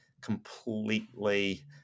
completely